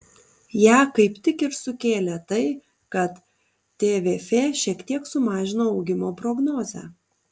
ją kaip tik ir sukėlė tai kad tvf šiek tiek sumažino augimo prognozę